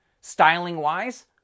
Styling-wise